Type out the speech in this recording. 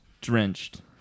drenched